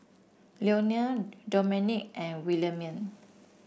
Lionel Domenick and Williemae